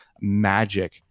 magic